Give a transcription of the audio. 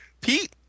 Pete